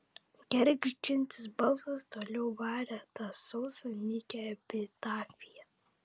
gergždžiantis balsas toliau varė tą sausą nykią epitafiją